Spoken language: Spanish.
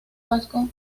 vasco